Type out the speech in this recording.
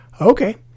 okay